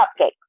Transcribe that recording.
cupcake